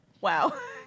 Wow